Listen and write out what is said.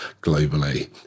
globally